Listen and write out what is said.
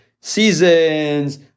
seasons